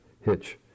hitch